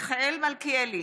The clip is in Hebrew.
נגד מיכאל מלכיאלי,